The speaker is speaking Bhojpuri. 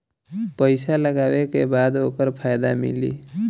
पइसा लगावे के बाद ओकर फायदा मिली